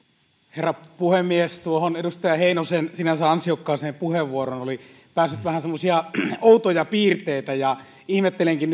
herra puhemies tuohon edustaja heinosen sinänsä ansiokkaaseen puheenvuoroon oli päässyt vähän semmoisia outoja piirteitä ihmettelenkin